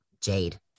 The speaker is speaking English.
Jade